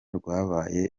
rwabaye